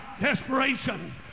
desperation